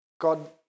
God